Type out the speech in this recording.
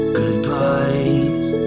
goodbyes